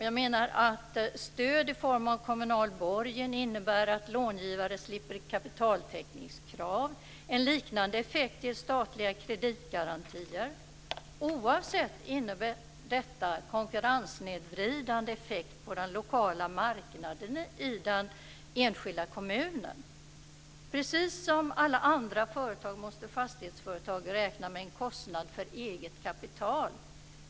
Jag menar att stöd i form av kommunal borgen innebär att långivare slipper kapitaltäckningskrav. En liknande effekt ger statliga kreditgarantier. Oavsett vad innebär detta en konkurrenssnedvridande effekt på den lokala marknaden i den enskilda kommunen. Precis som alla andra företag måste fastighetsföretag räkna med en kostnad för eget kapital.